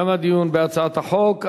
תם הדיון בהצעת החוק.